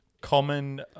common